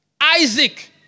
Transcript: Isaac